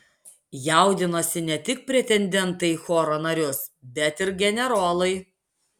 jaudinosi ne tik pretendentai į choro narius bet ir generolai